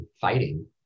fighting